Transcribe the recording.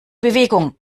bewegung